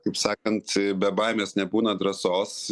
kaip sakant be baimės nebūna drąsos